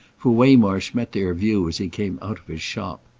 for waymarsh met their view as he came out of his shop.